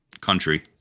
country